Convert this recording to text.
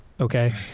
Okay